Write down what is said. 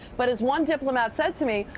but as one diplomat said to me,